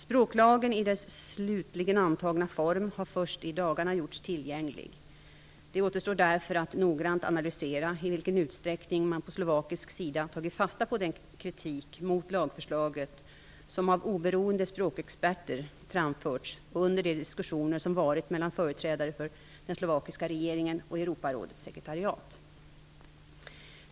Språklagen i dess slutligen antagna form har först i dagarna gjorts tillgänglig. Det återstår därför att noggrant analysera i vilken utsträckning man på slovakisk sida tagit fasta på den kritik mot lagförslaget som av oberoende språkexperter framförts under de diskussioner som varit mellan företrädare för den slovakiska regeringen och Europarådets sekretariat.